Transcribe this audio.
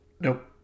Nope